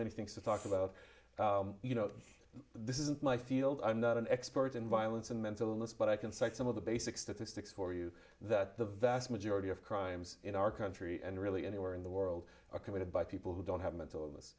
many things to talk about you know this isn't my field i'm not an expert in violence and mental illness but i can cite some of the basic statistics for you that the vast majority of crimes in our country and really anywhere in the world are committed by people who don't have mental illness